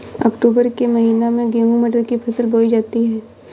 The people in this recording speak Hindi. अक्टूबर के महीना में गेहूँ मटर की फसल बोई जाती है